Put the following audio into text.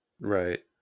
Right